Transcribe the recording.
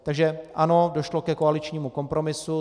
Takže ano, došlo ke koaličnímu kompromisu.